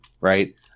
right